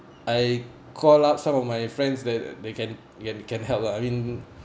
I call up some of my friends that they can can can help uh I mean